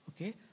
Okay